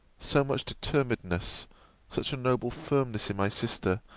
so much determinedness such a noble firmness in my sister,